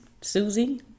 Susie